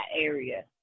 area